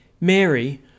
Mary